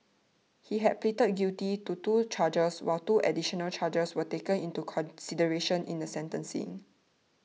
he had pleaded guilty to two charges while two additional charges were taken into consideration in the sentencing